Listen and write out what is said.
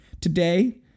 today